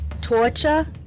torture